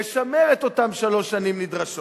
לשמר את אותן שלוש שנים נדרשות.